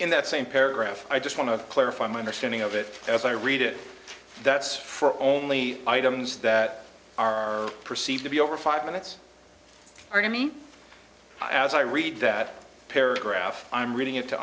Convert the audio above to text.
in that same paragraph i just want to clarify my understanding of it as i read it that's for only items that are perceived to be over five minutes or to me as i read that paragraph i'm reading it to